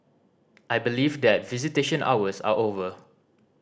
I believe that visitation hours are over